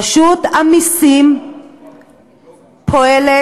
רשות המסים פועלת